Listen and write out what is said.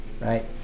right